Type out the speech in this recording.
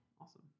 Awesome